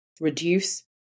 reduce